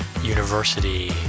university